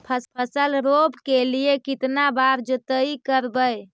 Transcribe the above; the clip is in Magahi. फसल रोप के लिय कितना बार जोतई करबय?